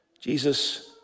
Jesus